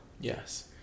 Yes